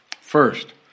First